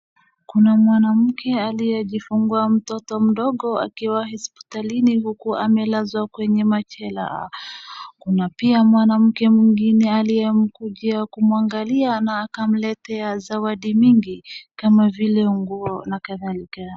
Kuna mwanamke aliyejifungua mtoto mdogo akiwa hospitalini huku amelazwa kwenye machela. Kuna pia mwanamke mwingine aliyemkujia kumwangalia na akamletea zawadi mingi kama vile nguo na kadhalika.